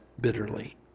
bitterly